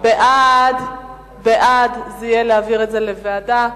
בעד זה יהיה להעביר לוועדה,